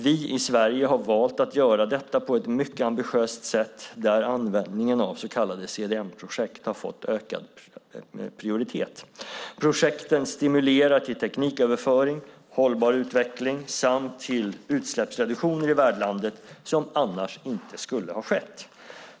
Vi i Sverige har valt att göra detta på ett mycket ambitiöst sätt där användningen av så kallade CDM-projekt har fått ökad prioritet. Projekten stimulerar till tekniköverföring och hållbar utveckling samt till utsläppsreduktioner i värdlandet som annars inte skulle ha skett.